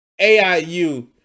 AIU